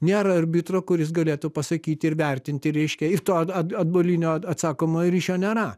nėra arbitro kuris galėtų pasakyti ir vertinti reiškia ir to at atbulinio atsakomojo ryšio nėra